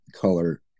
color